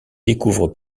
découvre